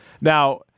Now